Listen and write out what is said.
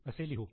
असे लिहू